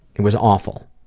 it was awful.